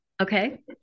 Okay